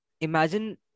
imagine